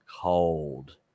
cold